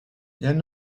bien